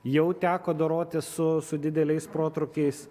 jau teko dorotis su su dideliais protrūkiais